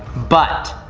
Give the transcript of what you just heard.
but,